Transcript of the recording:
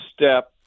step